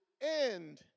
end